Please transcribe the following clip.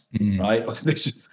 right